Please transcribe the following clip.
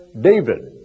David